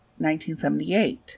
1978